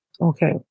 okay